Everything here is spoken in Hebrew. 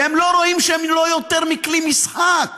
והם לא רואים שהם לא יותר מכלי משחק